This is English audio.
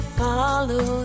follow